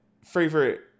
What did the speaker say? favorite